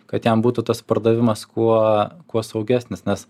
kad jam būtų tas pardavimas kuo kuo saugesnis nes